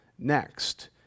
Next